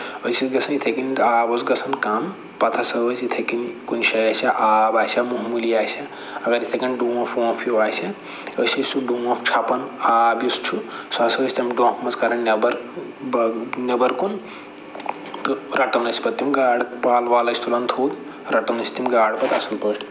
أسۍ ٲسۍ گژھان یِتھٕے کٔنۍ آب اوس گژھان کَم پَتہٕ ہسا ٲسۍ یِتھٕے کٔنۍ کُنہِ شایہِ آسہِ ہَے آب آسہِ ہے معموٗلی آسہِ ہے اَگر یِتھٕے کٔنۍ ڈونٛپھ وونٛپھ ہیٛوٗ آسہِ ہے أسۍ ٲسۍ سُہ ڈونٛپھ چھَپان آب یُس چھُ سُہ ہسا ٲسۍ تَمہِ ڈونٛپھٕ منٛز کَڈان نٮ۪بَر نٮ۪بر کُن تہٕ رَٹان ٲسۍ پَتہٕ تُم گاڈٕ پَل وَل ٲسۍ تُلان تھوٚد رَٹان ٲسۍ تِم گاڈٕ پتہٕ اَصٕل پٲٹھۍ